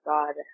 God